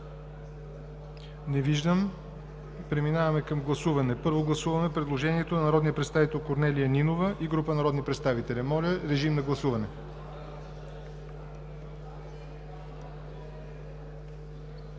Не виждам. Преминаваме към гласуване. Първо гласуваме предложението на народния представител Корнелия Нинова и група народни представители. Гласували